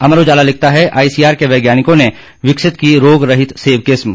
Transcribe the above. अमर उजाला लिखता है आईसीआर के वैज्ञानिकों ने विकसित की रोग रहित सेब किस्म